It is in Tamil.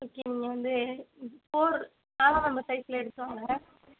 ஓகே நீங்கள் வந்து ஃபோர் நாலா நம்பர் சைஸில் எடுத்துகிட்டு வாங்க